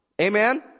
Amen